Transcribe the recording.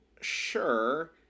sure